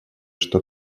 что